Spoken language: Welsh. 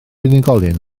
unigolyn